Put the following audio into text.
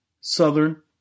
southern